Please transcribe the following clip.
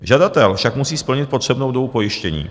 Žadatel však musí splnit potřebnou dobu pojištění.